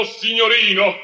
signorino